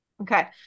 Okay